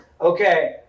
okay